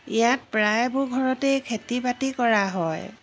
ইয়াত প্ৰায়বোৰ ঘৰতেই খেতি বাতি কৰা হয়